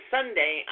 Sunday